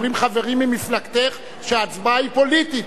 אומרים חברים ממפלגתך שההצבעה היא פוליטית,